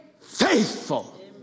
faithful